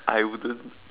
I wouldn't